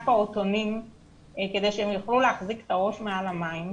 לפעוטונים כדי שהם יוכלו להחזיק את הראש מעל המים.